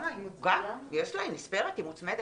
היא נספרת, היא מוצמדת.